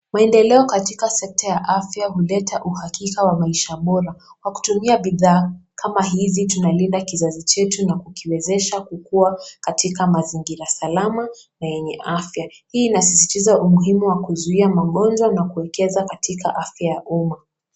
Maendeleo katika sekta ya afya huleta uhakika wa maisha bora, kwa kutumia bidhaa kama hizi tunalinda kizazi chetu na kukiwezesha kukuwa katika mazingira salama na yenye afya, hii inasisitiza umuhimu wa kuzuia magonjwa na kuwekeza katika afya ya umma.